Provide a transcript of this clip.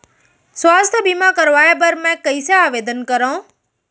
स्वास्थ्य बीमा करवाय बर मैं कइसे आवेदन करव?